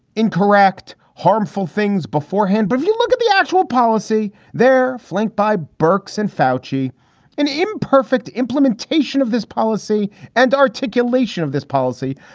incorrect, harmful things beforehand. but if you look at the actual policy, they're flanked by bourke's and foushee and imperfect implementation of this policy and articulation of this policy.